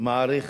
מעריך